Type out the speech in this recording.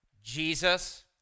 Jesus